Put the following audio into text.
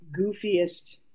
goofiest